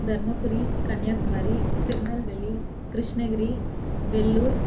Dharmapuri Kanyakumari Tirunelveli Krishnagiri Vellore